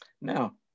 Now